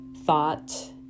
Thought